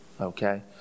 okay